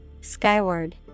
Skyward